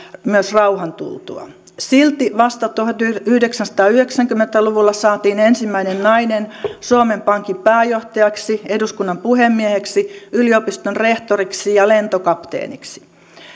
myös rauhan tultua silti vasta tuhatyhdeksänsataayhdeksänkymmentä luvulla saatiin ensimmäinen nainen suomen pankin pääjohtajaksi eduskunnan puhemieheksi yliopiston rehtoriksi ja lentokapteeniksi